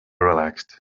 relaxed